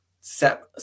set